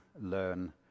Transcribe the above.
learn